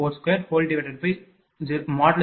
95169|20